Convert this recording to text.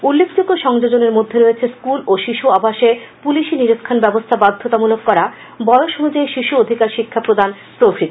উল্লেখযোগ্য সংযোজনের মধ্যে রয়েছে স্কুল ও শিশু আবাসে পুলিশি নিরীক্ষণ ব্যবস্থা বাধ্যতামূলক করা বয়স অনুযায়ী শিশু অধিকার শিক্ষা প্রদান প্রভৃতি